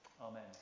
Amen